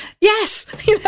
Yes